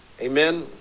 amen